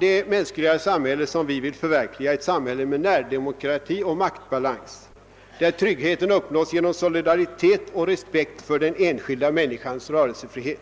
Det mänskligare samhälle som vi vill förverkliga är ett samhälle med närdemokrati och maktbalans, där tryggheten uppnås genom solidaritet och respekt för den enskilda människans rörelsefrihet.